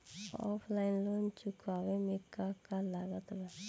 Offline loan चुकावे म का का लागत बा?